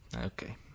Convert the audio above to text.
Okay